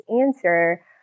answer